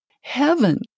heaven